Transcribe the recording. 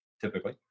typically